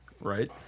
Right